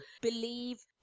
believe